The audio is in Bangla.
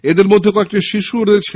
এদের মধ্যে কয়েকটি শিশুও রয়েছেন